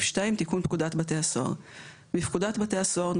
תיקון פקודתבתי הסוהר 2. בפקודת בתי הסוהר ,